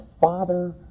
Father